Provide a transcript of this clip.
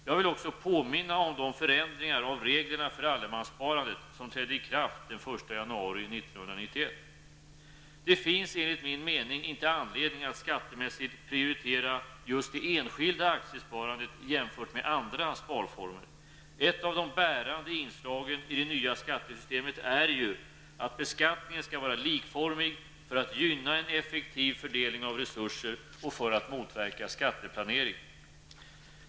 Jag vill också påminna om de förändringar av reglerna för allemanssparandet som trädde i kraft den 1 janauri Det finns enligt min mening inte anledning att skattemässigt prioritera just det enskilda aktiesparandet jämfört med andra sparformer. Ett av de bärande inslagen i det nya skattesystemet är ju att beskattningen skall vara likformig för att gynna en effektiv fördelning av resurser och för att motverka skatteplanering.